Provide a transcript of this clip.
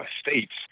states